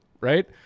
right